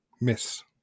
Miss